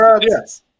yes